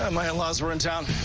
um my in-laws were in town.